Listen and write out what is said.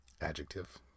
Adjective